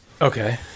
Okay